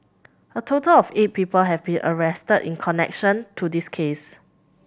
a total of eight people have been arrested in connection to this case